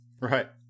Right